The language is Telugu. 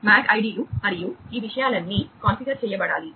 MAC ఐడిలు మరియు ఈ విషయాలన్నీ కాన్ఫిగర్ చేయబడాలి